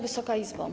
Wysoka Izbo!